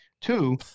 Two